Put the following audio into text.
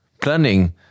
planning